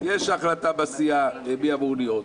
יש החלטה בסיעה מי אמור להיות.